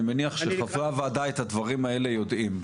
אני מניח שחברי הוועדה את הדברים האלה יודעים.